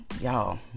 y'all